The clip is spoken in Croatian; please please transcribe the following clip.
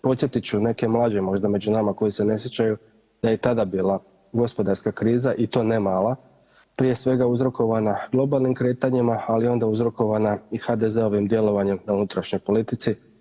Podsjetit ću neke mlađe možda među nama koji se ne sjećaju da je i tada bila gospodarska kriza i to ne mala prije svega uzrokovana globalnim kretanjima, ali onda uzrokovana i HDZ-ovim djelovanjem u unutrašnjoj politici.